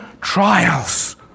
trials